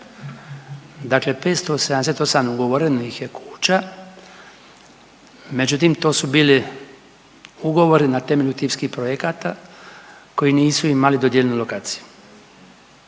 dakle 578 je ugovorenih kuća međutim to su bili ugovori na temelju tipskih projekata koji nisu imali dodijeljenu lokaciju.